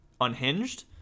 unhinged